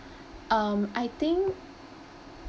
um I think